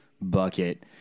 bucket